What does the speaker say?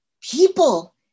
people